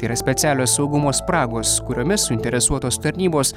yra specialios saugumo spragos kuriomis suinteresuotos tarnybos